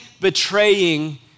betraying